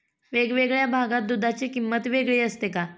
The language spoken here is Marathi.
वेगवेगळ्या भागात दूधाची किंमत वेगळी असते का?